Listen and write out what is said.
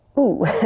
ooh,